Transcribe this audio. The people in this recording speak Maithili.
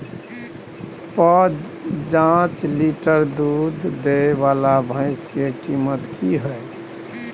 प जॉंच लीटर दूध दैय वाला भैंस के कीमत की हय?